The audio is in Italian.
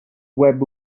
web